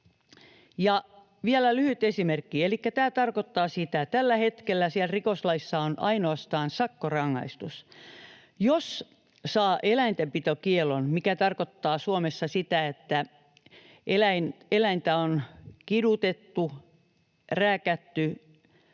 vielä lyhyt esimerkki: Tämä tarkoittaa sitä, että tällä hetkellä siellä rikoslaissa on ainoastaan sakkorangaistus, ja jos saa eläintenpitokiellon, se tarkoittaa Suomessa sitä, että eläintä on kidutettu, rääkätty,